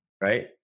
Right